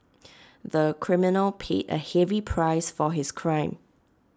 the criminal paid A heavy price for his crime